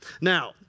Now